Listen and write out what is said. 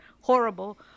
Horrible